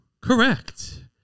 Correct